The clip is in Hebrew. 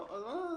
לא.